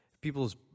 People's